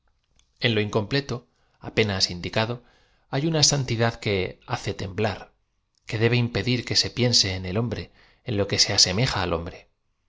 en lo incompleto apenas indicado h ay una santidad que hace temblar que debe impedir que se piense en el hombre en lo que se asemeja al hombre